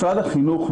משרד החינוך,